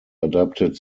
adapted